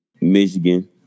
Michigan